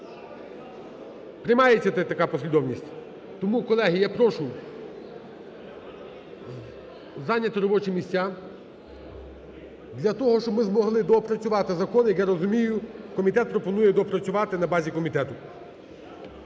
Приймається така послідовність? Тому, колеги, я прошу зайняти робочі місця. Для того, щоб ми змогли доопрацювати закон, як розумію, комітет пропонує доопрацювати на базі комітету.